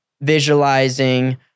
visualizing